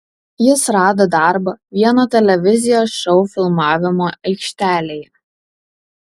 jis rado darbą vieno televizijos šou filmavimo aikštelėje